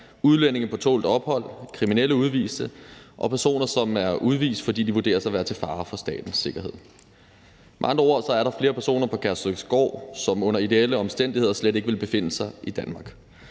udlændinge på tålt ophold, kriminelle udviste og personer, som er udvist, fordi de vurderes at være til fare for statens sikkerhed. Med andre ord er der flere personer på Kærshovedgård, som under ideelle omstændigheder slet ikke ville befinde sig i Danmark.